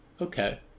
okay